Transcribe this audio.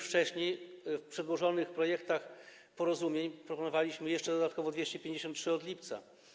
Wcześniej w przedłożonych projektach porozumień proponowaliśmy dodatkowo 253 zł od lipca.